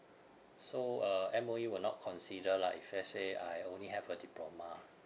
so uh M_O_E will not consider lah if let's say I only have a diploma